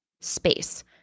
space